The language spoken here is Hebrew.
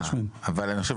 אבל אני חושב,